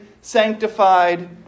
sanctified